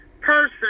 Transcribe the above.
person